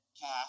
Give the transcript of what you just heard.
cash